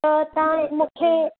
त तव्हां मूंखे